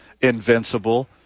invincible